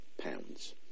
pounds